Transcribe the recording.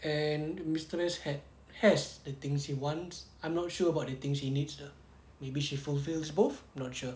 and mistress had has the things he wants I'm not sure about the things he needs ah maybe she fulfils both not sure